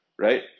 Right